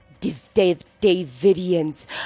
Davidians